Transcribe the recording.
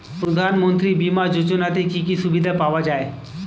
প্রধানমন্ত্রী বিমা যোজনাতে কি কি সুবিধা পাওয়া যায়?